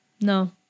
No